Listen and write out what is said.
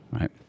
right